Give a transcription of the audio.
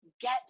get